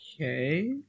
Okay